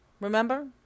remember